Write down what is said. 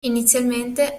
inizialmente